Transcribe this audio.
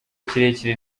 kirekire